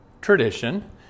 tradition